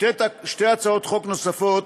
שתי הצעות חוק נוספות